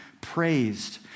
praised